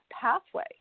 pathway